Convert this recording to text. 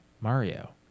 mario